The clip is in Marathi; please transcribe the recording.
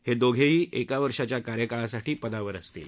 हे दोघेही एक वर्षाच्या कार्यकाळासाठी पदावर असतील